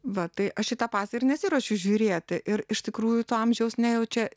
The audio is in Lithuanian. va tai aš į tą pasą ir nesiruošiu žiūrėti ir iš tikrųjų to amžiaus nejaučia